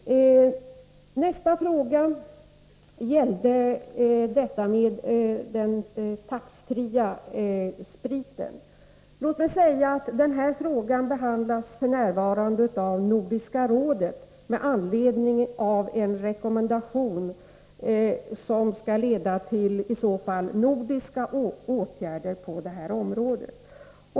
Nästa fråga gällde den skattefria spriten. Denna fråga behandlas f. n. i Nordiska rådet, med anledning av en rekommendation som eventuellt kommer att leda till gemensamma nordiska åtgärder på det här området.